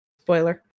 spoiler